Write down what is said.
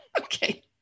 Okay